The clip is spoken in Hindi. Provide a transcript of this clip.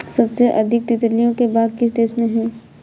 सबसे अधिक तितलियों के बाग किस देश में हैं?